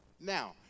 Now